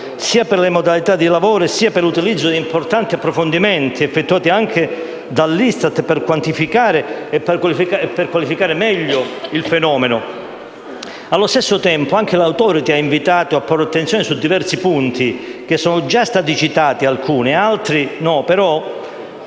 sia per le modalità di lavoro, sia per l'utilizzo di importanti approfondimenti effettuati anche dall'ISTAT per quantificare e qualificare meglio il fenomeno. Allo stesso tempo anche l'Authority ci ha invitato a prestare attenzione ai diversi punti trattati, alcuni dei quali